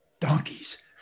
donkeys